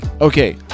Okay